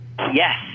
Yes